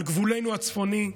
על גבולנו הצפוני,